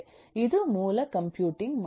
ಅದು ಮೂಲ ಕಂಪ್ಯೂಟಿಂಗ್ ಮಾದರಿಯಾಗಿದೆ